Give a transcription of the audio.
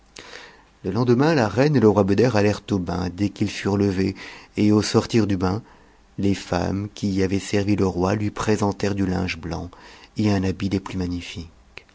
le lendemain la reine et le roi beder allèrent au bain dès qu'ils furent levés et au sortir du bain les femmes qui y avaient servi le roi lui présentèrent du linge blanc et un habit des plus magnifiques